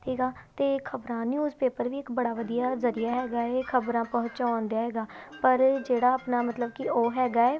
ਠੀਕ ਆ ਅਤੇ ਖ਼ਬਰਾਂ ਨਿਊਜ਼ ਪੇਪਰ ਵੀ ਇੱਕ ਬੜਾ ਵਧੀਆ ਜ਼ਰੀਆ ਹੈਗਾ ਹੈ ਖ਼ਬਰਾਂ ਪਹੁੰਚਾਉਣ ਦਿਆ ਹੈਗਾ ਪਰ ਜਿਹੜਾ ਆਪਣਾ ਮਤਲਬ ਕਿ ਉਹ ਹੈਗਾ